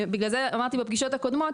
בגלל זה אמרתי בפגישות הקודמות,